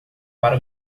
para